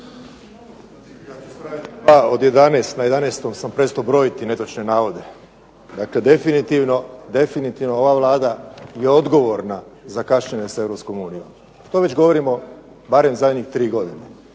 2 od 11, na 11.-om sam prestao brojiti netočne navode. Dakle definitivno ova Vlada je odgovorna za kašnjenje sa Europskom unijom. To već govorimo barem zadnjih tri godine.